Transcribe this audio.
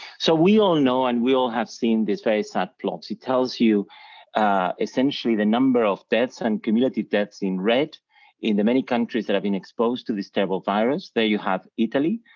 so we all know and we all have seen these very sad plots, it tells you essentially the number of deaths and cumulative deaths in red in the many countries that have been exposed to this type of virus, there you have italy,